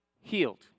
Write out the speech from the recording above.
healed